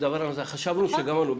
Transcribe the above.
חשבנו שגמרנו.